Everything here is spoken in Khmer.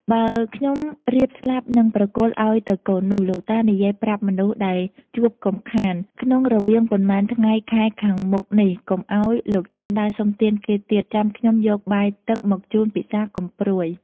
បើខ្ញុំរៀបស្លាប់នឹងប្រគល់ឱ្យទៅកូននោះ លោកតានិយាយប្រាប់មនុស្សដែលជួបកុំខាន ក្នុងរវាងប៉ុន្មានថ្ងៃខែខាងមុខនេះកុំឱ្យលោកតាដើរសុំទានគេទៀតចាំខ្ញុំយកបាយទឹក មកជូនពិសាកុំព្រួយ ”។